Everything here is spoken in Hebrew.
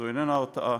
זו איננה הרתעה.